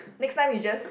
next time you just